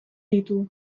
ditu